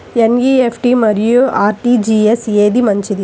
NEFT మరియు RTGS ఏది మంచిది?